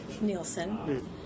Nielsen